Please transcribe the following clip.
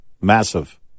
massive